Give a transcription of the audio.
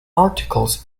articles